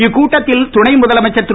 இக்கூட்டத்தில் துணை முதலமைச்சர் திரு